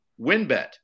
WinBet